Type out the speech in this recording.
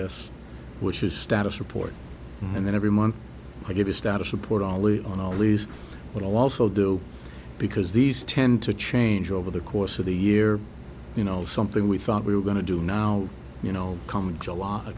this which is status report and then every month i give a status report only on a lease but also do because these tend to change over the course of the year you know something we thought we were going to do now you know come july